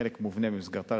כחלק מובנה במסגרתה,